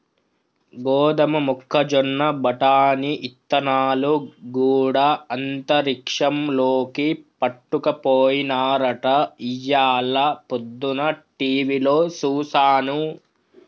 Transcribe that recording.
గోదమ మొక్కజొన్న బఠానీ ఇత్తనాలు గూడా అంతరిక్షంలోకి పట్టుకపోయినారట ఇయ్యాల పొద్దన టీవిలో సూసాను